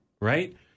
right